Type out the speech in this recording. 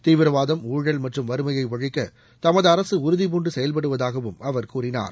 தீவிரவாதம் ஊழல் மற்றும் வறுமையை ஒழிக்க தமது அரசு உறுதிபூண்டு செயல்படுவதாகவும் அவர் கூறினார்